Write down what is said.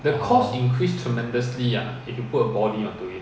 orh